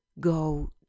go